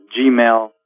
Gmail